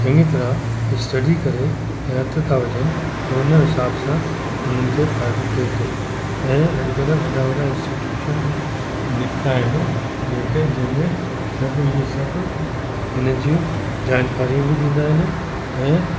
चङी तरहां स्टडी करे ऐं हथु था विझनि त हुन हिसाब सां उन्हनि खे फ़ाइदो थिए थो ऐं अॼुकल्ह वॾा वॾा इंस्टिट्यूटशन बि निकिता आहिनि जेके जंहिं में सभु इहे सभु हिन जूं जानकारियूं बि ॾींदा आहिनि ऐं